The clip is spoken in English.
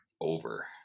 Over